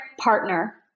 partner